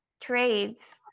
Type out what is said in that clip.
trades